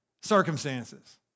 circumstances